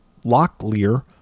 Locklear